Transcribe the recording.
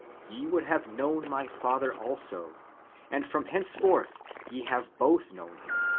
ye would have known my father also and from henceforth ye have both known him,